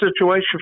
situation